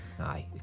Aye